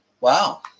Wow